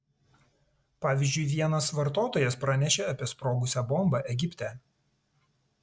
pavyzdžiui vienas vartotojas pranešė apie sprogusią bombą egipte